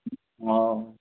हँ